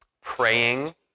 praying